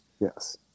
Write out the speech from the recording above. Yes